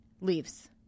leaves